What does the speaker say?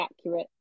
accurate